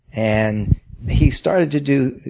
and he started to do